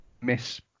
miss